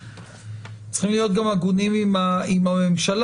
צריכים להיות גם הגונים עם הממשלה,